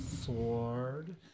sword